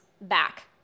back